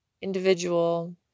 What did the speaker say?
individual